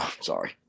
sorry